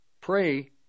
pray